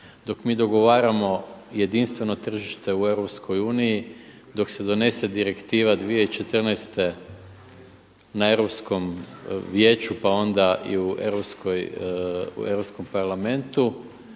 dok mi dogovaramo jedinstveno tržište u EU, dok se donese Direktiva 2014. na Europskom vijeću, pa onda